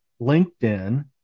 LinkedIn